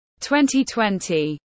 2020